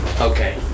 Okay